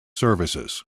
services